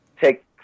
take